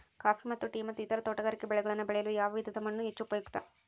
Coffee ಮತ್ತು tea ಮತ್ತು ಇತರ ತೋಟಗಾರಿಕೆ ಬೆಳೆಗಳನ್ನು ಬೆಳೆಯಲು ಯಾವ ವಿಧದ ಮಣ್ಣು ಹೆಚ್ಚು ಉಪಯುಕ್ತ?